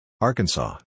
Arkansas